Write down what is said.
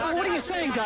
um what are you saying?